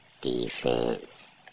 defense